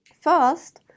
First